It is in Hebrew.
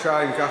אם כך,